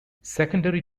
secondary